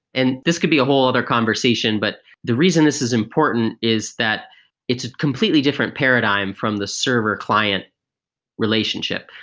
and this could be a whole other conversation, but the reason this is important is that it's a completely different paradigm from the server client relationship.